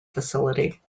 facility